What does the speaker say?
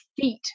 feet